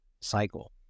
cycle